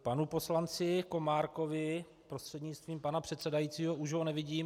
Panu poslanci Komárkovi prostřednictvím pana předsedajícího už ho nevidím.